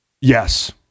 Yes